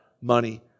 money